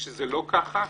וכשזה לא ככה,